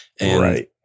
Right